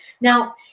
Now